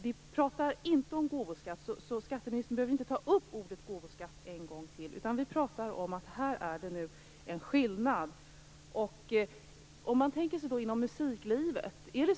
Vi pratar inte om gåvoskatt. Skatteministern behöver inte ta upp ordet gåvoskatt en gång till. Det vi pratar om är att det finns en skillnad. Man kan tänka på musiklivet.